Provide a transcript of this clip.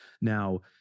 Now